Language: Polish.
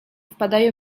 wpadają